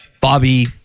Bobby